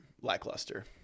lackluster